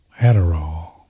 Adderall